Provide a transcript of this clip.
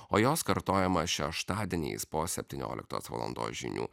o jos kartojama šeštadieniais po septynioliktos valandos žinių